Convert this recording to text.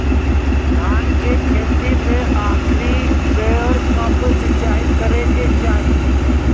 धान के खेती मे आखिरी बेर कब सिचाई करे के चाही?